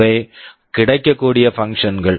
இவை கிடைக்கக்கூடிய functions functions கள்